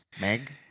Meg